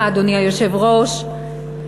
אדוני היושב-ראש,